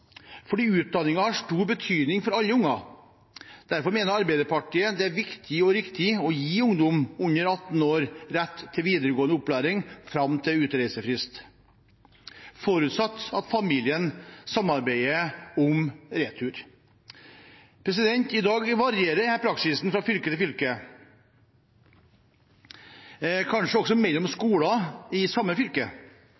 Fordi utdanning har stor betydning for alle barn, mener Arbeiderpartiet det er viktig og riktig å gi ungdom under 18 år rett til videregående opplæring fram til utreisefrist, forutsatt at familien samarbeider om retur. I dag varierer denne praksisen fra fylke til fylke, kanskje også mellom